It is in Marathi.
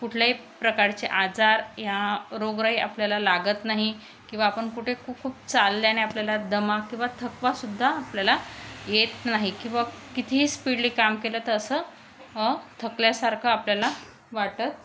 कुठल्याही प्रकारचे आजार वा रोगराई आपल्याला लागत नाही किंवा आपण कुठे खूप चालल्याने आपल्याला दमा किंवा थकवासुद्धा आपल्याला येत नाही किंवा कितीही स्पीडली काम केलं तर असं थकल्यासारखं आपल्याला वाटत